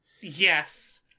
Yes